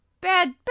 bad